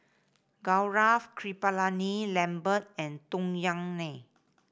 Gaurav Kripalani Lambert and Tung Yue Nang